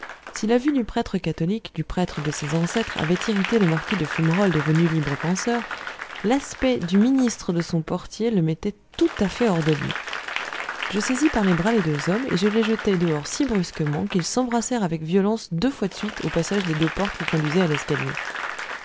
si la vue du prêtre catholique du prêtre de ses ancêtres avait irrité le marquis de fumerol devenu libre penseur l'aspect du ministre de son portier le mettait tout à fait hors de lui je saisis par les bras les deux hommes et je les jetai dehors si brusquement qu'ils s'embrassèrent avec violence deux fois de suite au passage des deux portes qui conduisaient à l'escalier